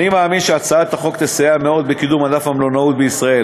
אני מאמין שהצעת החוק תסייע מאוד בקידום ענף המלונאות בישראל.